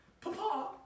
Papa